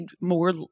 more